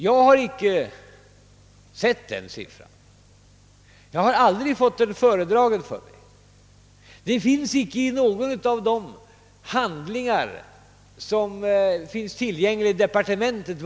Jag har inte sett den siffran; den har aldrig nämnts för mig i någon föredragning; vi har inte kunnat finna den i någon av de handlingar som finns tillgängliga i departementet.